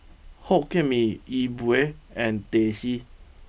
Hokkien Mee Yi Bua and Teh C